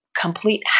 complete